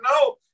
no